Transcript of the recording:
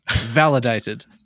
validated